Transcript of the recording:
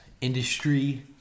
industry